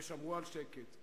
ושמרו על שקט.